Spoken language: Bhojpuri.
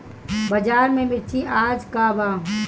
बाजार में मिर्च आज का बा?